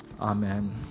Amen